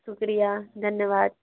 शुक्रिया धन्यवाद